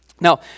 Now